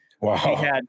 Wow